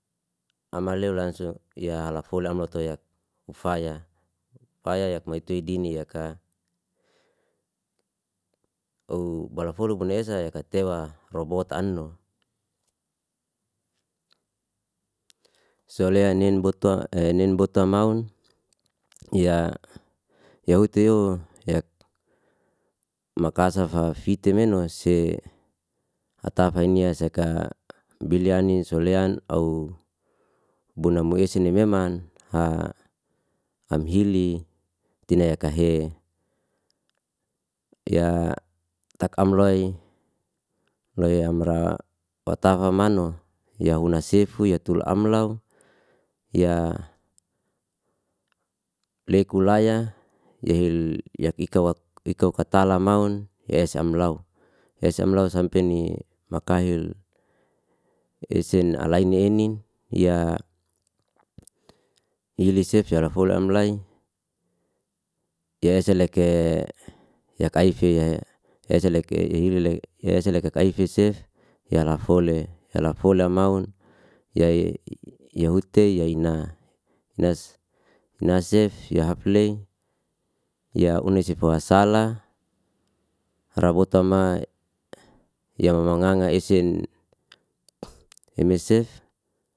Amalew lansu ya halafola am lotuya ufaya, ufaya yak maitua dini yaka ou balafolu buna esa ya katewa robota anu. Soleanin botwa enin botwa maun, ya yautewo yak makasafa fitemenu si atafa inyasaka, bilianin solean au bunamu esene meman, am hili dina yekahe, ya tak'am loi loi amra watafa manu, ya una sefu, ya tul amlaw, ya leku laya, yakika watala maun, esa amlaw esa amlaw sampini makahil esen alayni enin, ya ilisef ya alafola amlay, ya selek ei, ya kaifi esaleki hilile esaleki kayfi sef, ya lafole, ya lafola maun, ya ute ya inam, nas- nasef ya hafle ya unesifa sala, rabotama ya ma- mangangga esen mesef.